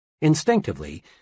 Instinctively